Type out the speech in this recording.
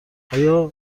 آیا